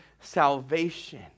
salvation